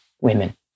women